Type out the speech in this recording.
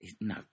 No